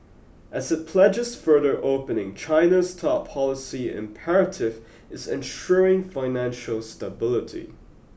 as it pledges further opening China's top policy imperative is ensuring financial stability